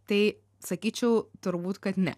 tai sakyčiau turbūt kad ne